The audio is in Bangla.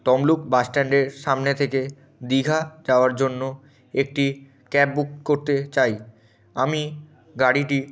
তমলুক বাস স্ট্যান্ডের সামনে থেকে দীঘা যাওয়ার জন্য একটি ক্যাব বুক করতে চাই আমি গাড়িটি